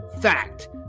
Fact